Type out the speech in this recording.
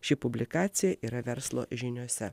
ši publikacija yra verslo žiniose